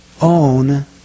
own